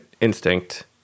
instinct